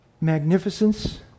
magnificence